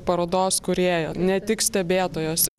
parodos kūrėjo ne tik stebėtojos